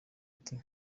ati